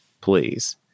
please